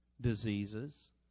diseases